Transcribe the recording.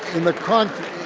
in the context,